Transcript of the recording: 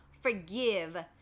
forgive